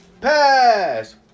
pass